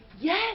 Yes